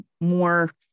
more